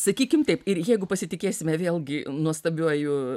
sakykim taip ir jeigu pasitikėsime vėlgi nuostabiuoju